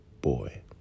Boy